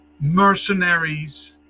mercenaries